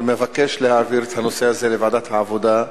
ואני מבקש להעביר את הנושא הזה לוועדת העבודה,